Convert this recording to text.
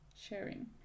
sharing